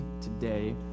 today